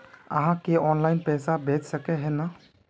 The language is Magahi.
आहाँ के ऑनलाइन पैसा भेज सके है नय?